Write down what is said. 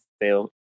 fail